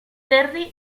terry